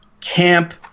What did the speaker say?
camp